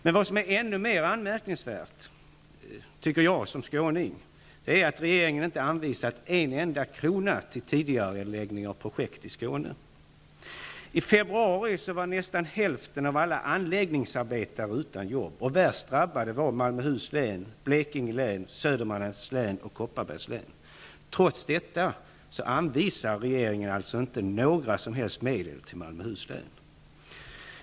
Men som skåning tycker jag att det är ännu mer anmärkningsvärt att regeringen inte har anvisat en enda krona till tidigareläggning av projekt i Skåne. I februari var nästan hälften av alla anläggningsarbetare utan arbete. Värst drabbade var Malmöhus län, Blekinge län, Södermanlands län och Kopparbergs län. Trots detta anvisar inte regeringen några som helst medel till Malmöhus län.